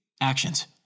Actions